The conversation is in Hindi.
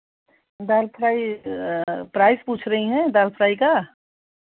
दाल फ्राई प्राइस पूछ रही हैं दाल फ्राई का